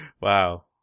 Wow